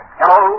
Hello